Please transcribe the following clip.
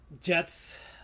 Jets